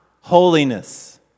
holiness